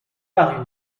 par